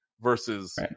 versus